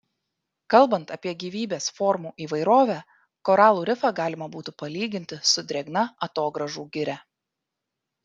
kalbant apie gyvybės formų įvairovę koralų rifą galima būtų palyginti su drėgna atogrąžų giria